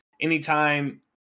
Anytime